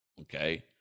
okay